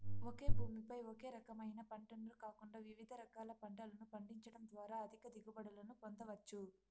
ఒకే భూమి పై ఒకే రకమైన పంటను కాకుండా వివిధ రకాల పంటలను పండించడం ద్వారా అధిక దిగుబడులను పొందవచ్చు